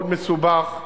מאוד מסובך.